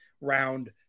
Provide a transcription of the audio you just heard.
round